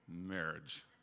marriage